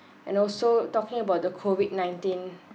and also talking about the COVID nineteen